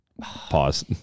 Pause